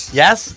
yes